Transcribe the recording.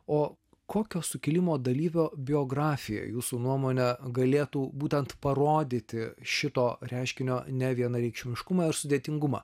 o kokio sukilimo dalyvio biografija jūsų nuomone galėtų būtent parodyti šito reiškinio nevienareikšmiškumą ar sudėtingumą